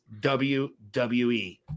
WWE